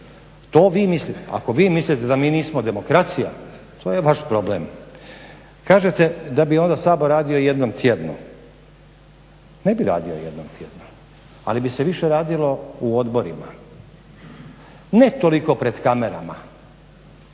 To vi mislite. Ako vi mislite da mi nismo demokracija to je vaš problem. Kažete da bi onda Sabor radio jednom tjedno. Ne bi radio jednom tjedno, ali bi se više radilo u odborima. Ne toliko pred kamerama,